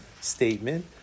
statement